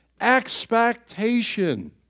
expectation